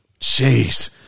Jeez